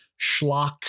schlock